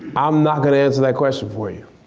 i'm not going to answer that question for you.